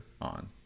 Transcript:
on